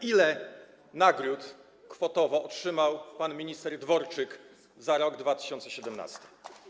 Ile nagród kwotowo otrzymał pan minister Dworczyk za rok 2017?